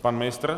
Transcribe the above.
Pan ministr?